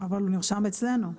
אבל הוא נרשם אצלנו.